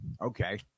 Okay